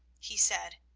he said,